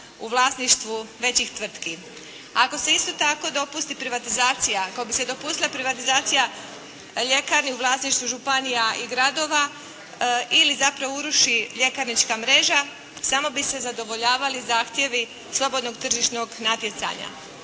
u vlasništvu većih tvrtki. Ako se isto tako dopusti privatizacija, ako bi se dopustila privatizacija ljekarni u vlasništvu županija i gradova ili zapravo uruši ljekarnička mreža samo bi se zadovoljavali zahtjevi slobodnog tržišnog natjecanja.